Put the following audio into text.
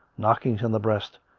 knockings on the breast,